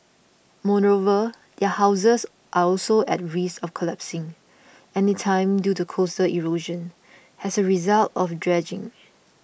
moreover their houses are also at risk of collapsing anytime due to coastal erosion as a result of dredging